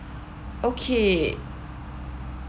okay